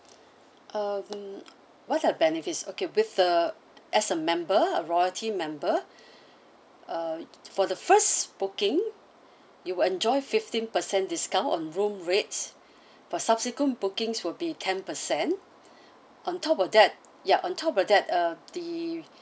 um what the benefits okay with the as a member a royalty member uh for the first booking you will enjoy fifteen percent discount on room rates but subsequent bookings would be ten percent on top of that ya on top of that uh the